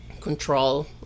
control